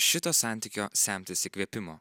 šito santykio semtis įkvėpimo